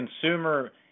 consumer